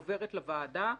עוברת לוועדה,